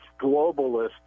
globalist